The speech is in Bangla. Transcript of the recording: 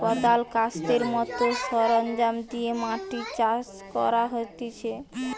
কদাল, কাস্তের মত সরঞ্জাম দিয়ে মাটি চাষ করা হতিছে